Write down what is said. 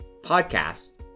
podcast